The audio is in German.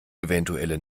eventuelle